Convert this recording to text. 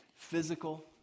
physical